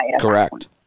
Correct